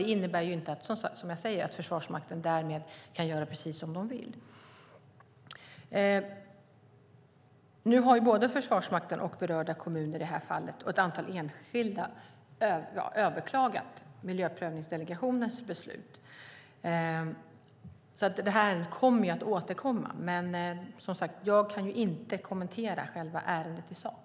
Det innebär inte att Försvarsmakten därmed kan göra precis som de vill. Nu har både Försvarsmakten, berörda kommuner i det här fallet och ett antal enskilda överklagat miljöprövningsdelegationens beslut. Det här kommer alltså att återkomma, men jag kan inte kommentera själva ärendet i sak.